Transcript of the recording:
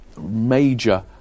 major